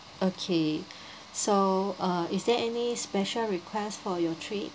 okay so uh is there any special request for your trip